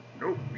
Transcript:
Nope